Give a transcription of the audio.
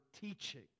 teaching